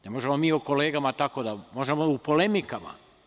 Ne možemo mi o kolegama tako, možemo u polemikama.